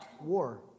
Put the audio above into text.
war